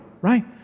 right